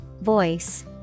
Voice